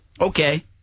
okay